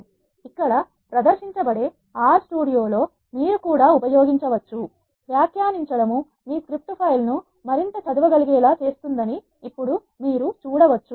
ఇక్కడ ప్రదర్శించబడే R స్టూడియోలో మీరు కూడా ఉపయోగించవచ్చు వ్యాఖ్యానించడం మీ స్క్రిప్ట్ ఫైలును మరింత చదువగలిగేలా చేస్తుందని ఇప్పుడు మీరు చూడవచ్చు